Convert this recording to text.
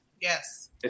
Yes